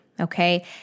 okay